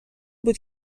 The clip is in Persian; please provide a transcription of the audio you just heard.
بود